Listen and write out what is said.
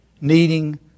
needing